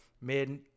mid